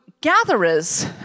gatherers